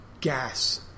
Gas